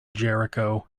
jericho